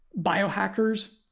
biohackers